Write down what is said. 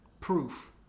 proof